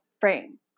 frame